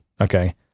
Okay